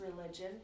religion